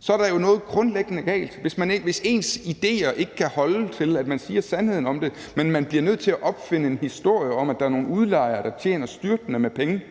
så er der jo noget grundlæggende galt. Altså, det gælder, hvis ens idéer ikke kan holde til, at man siger sandheden om det, men man bliver nødt til at opfinde en historie om, at der er nogle udlejere, der tjener styrtende med penge.